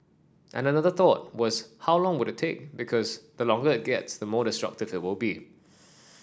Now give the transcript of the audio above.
and another thought was how long would take because the longer it gets the more destructive it will be